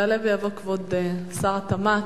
יעלה ויבוא כבוד שר התמ"ת,